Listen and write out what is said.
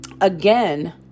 again